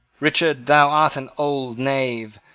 richard, thou art an old knave.